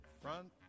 front